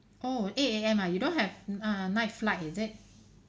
oh eight A_M ah you don't have uh night flight is it